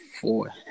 Four